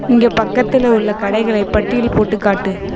இங்கே பக்கத்தில் உள்ள கடைகளை பட்டியல் போட்டுக் காட்டு